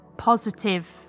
positive